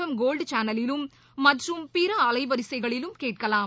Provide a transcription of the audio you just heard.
M Gold சேனலிலும் மற்றும் பிற அலைவரிசைகளிலும் கேட்கலாம்